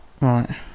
Right